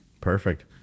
Perfect